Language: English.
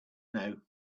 know